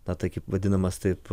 na taip kaip vadinamas taip